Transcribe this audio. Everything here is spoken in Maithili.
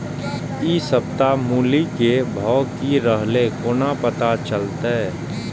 इ सप्ताह मूली के भाव की रहले कोना पता चलते?